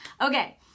okay